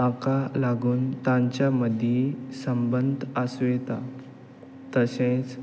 हाका लागून तांचे मदीं संबंध आसूं येता तशेंच